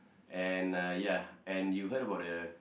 and uh ya and you heard about the